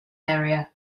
area